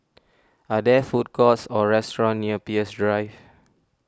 are there food courts or restaurants near Peirce Drive